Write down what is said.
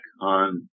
on